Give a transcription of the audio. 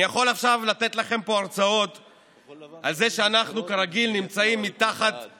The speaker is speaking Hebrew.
אני יכול עכשיו לתת לכם פה הרצאות על זה שאנחנו כרגיל נמצאים בתחתית